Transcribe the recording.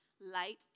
light